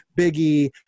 biggie